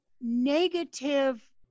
negative